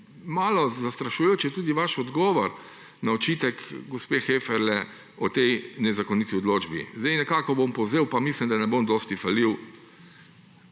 malo zastrašujoč je tudi vaš odgovor na očitek gospe Heferle o tej nezakoniti odločbi. Nekako bom povzel, pa mislim, da ne bom dosti falil.